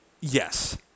Yes